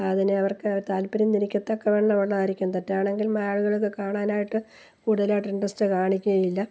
അതിന് അവർക്കു താത്പര്യം ഇരിക്കത്തൊക്കെ വണ്ണമുള്ളതായിരിക്കും തെറ്റാണെങ്കിൽ മാളുകൾക്ക് കാണാനായിട്ട് കൂടുതലായിട്ട് ഇൻട്രസ്റ്റ് കാണിക്കുകയില്ല